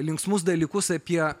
linksmus dalykus apie